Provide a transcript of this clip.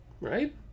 right